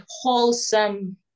wholesome